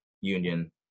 union